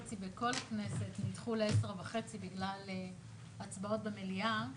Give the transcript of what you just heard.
בכל הכנסת נדחו ל-10:30 בגלל הצבעות במליאה,